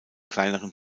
kleineren